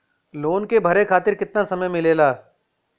Loan के भरे खातिर कितना समय मिलेला?